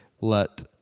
let